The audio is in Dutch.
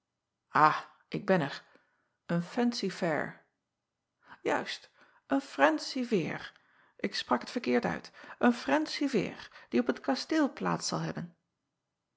ik ben er een fancy-fair uist een ransie eer ik sprak het verkeerd acob van ennep laasje evenster delen uit en ransie eer die op t kasteel plaats zal hebben